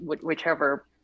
whichever